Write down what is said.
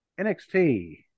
NXT